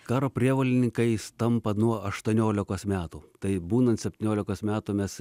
karo prievolininkais tampa nuo aštuoniolikos metų tai būnant septyniolikos metų mes